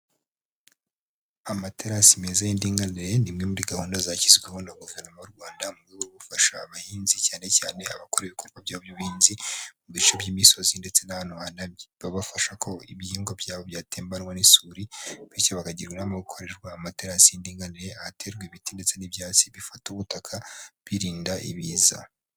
Amaterasi meza y'indinganire ni imwe muri gahunda zashyiho na guverinoma y'u Rwanda, mu rwego gufasha abahinzi cyane cyane abakora byabo by'ubuhinzi mu bice by'imisozi, ndetse n'ahantu hahanamye. Babafasha ko ibihingwa byabo byatembanwa n'isuri bityo bakagira umwanya wo gukorerwa amaterasi y'indiganiye ahaterwa ibiti ndetse n'ibyatsi bifata ubutaka birinda ibiza.